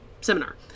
Seminar